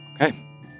Okay